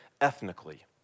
ethnically